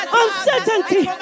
uncertainty